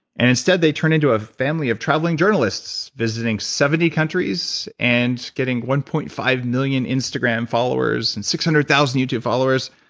and instead they turned into a family traveling journalists, visiting seventy countries, and getting one point five million instagram followers and six hundred thousand youtube followers.